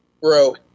bro